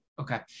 Okay